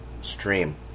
stream